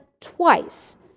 twice